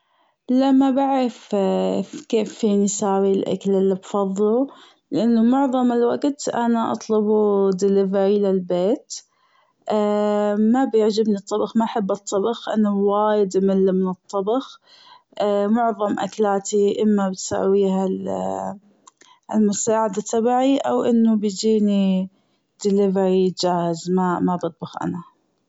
لا ما بعرف كيف فيني سوي الأكل اللي بفظله لأن معظم الوقت أنا أطلبه دليفري للبيت ما بيعجبني الطبخ ما بحب الطبخ أنا وايد أمل من الطبخ معظم أكلاتي أما بتساويها المساعدة تبعي أو أنه بيجيني دليفري جاهز مابطبخ أنا.